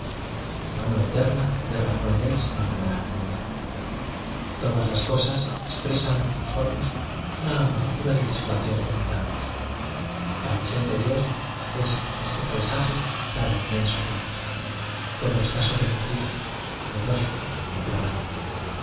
la mano eterna no derramó en él sino la menlancolía todas as cosas expresan en sus formas una amargura y desolación formidables la vi sión de dios es en este paisaje la de inmen so temor todo está sobrecogido miedoso aplanado